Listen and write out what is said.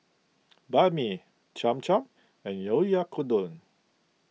Banh Mi Cham Cham and Oyakodon